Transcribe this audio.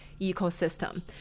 ecosystem